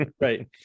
right